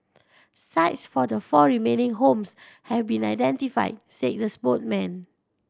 sites for the four remaining homes have been identified said the spokesperson